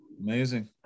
Amazing